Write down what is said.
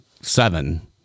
Seven